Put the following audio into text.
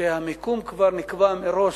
שהמקום כבר נקבע מראש.